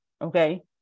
okay